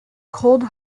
cold